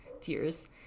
tears